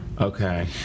Okay